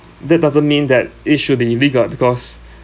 that doesn't mean that it should be illegal because